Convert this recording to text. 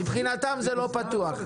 מבחינתם זה לא פתוח.